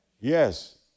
yes